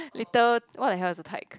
later what the hell is a tyke